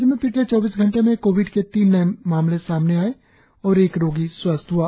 राज्य में पिछले चौबीस घंटे में कोविड के तीन नए मामले सामने आए और एक रोगी स्वस्थ हआ